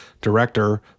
director